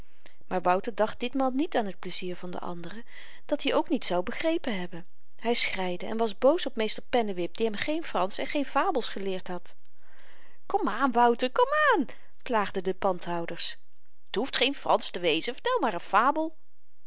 maar wouter dacht ditmaal niet aan t pleizier van de anderen dat-i ook niet zou begrepen hebben hy schreide en was boos op meester pennewip die hem geen fransch en geen fabels geleerd had komaan wouter komaan plaagden de pandhouders t hoeft geen fransch te wezen vertel maar n fabel